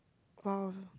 !wow!